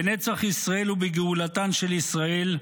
בנצח ישראל ובגאולתן של ישראל.